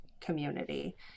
community